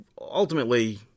ultimately